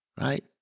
right